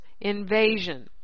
invasion